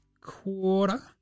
quarter